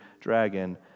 dragon